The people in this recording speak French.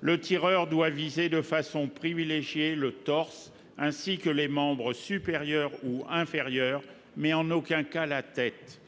Le tireur doit viser « de façon privilégiée le torse, ainsi que les membres supérieurs ou inférieurs », mais en aucun cas la tête.